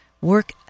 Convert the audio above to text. work